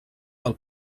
del